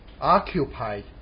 occupied